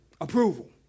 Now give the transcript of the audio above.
Approval